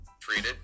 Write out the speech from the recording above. treated